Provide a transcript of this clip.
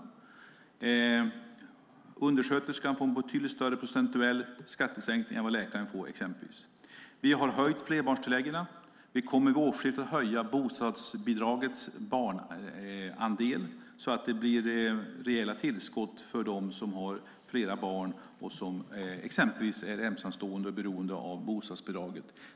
Exempelvis undersköterskan får en betydligt större procentuell skattesänkning än vad läkaren får. Vi har höjt flerbarnstilläggen. Vi kommer vid årsskiftet att höja bostadsbidragets barnandel, så att det blir rejäla tillskott för dem som har flera barn och exempelvis är ensamstående och beroende av bostadsbidraget.